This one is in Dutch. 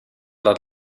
laat